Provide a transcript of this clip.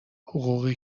حقوقی